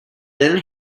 then